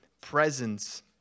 presence